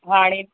हाणे